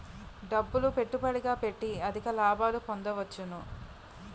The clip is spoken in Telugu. డబ్బులు పెట్టుబడిగా పెట్టి అధిక లాభాలు పొందవచ్చును